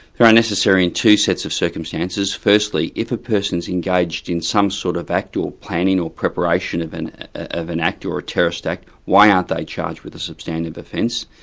they're unnecessary in two sets of circumstances. firstly, if a person's engaged in some sort of act or planning or preparation of and of an act or act or a terrorist act, why aren't they charged with a substantive offence?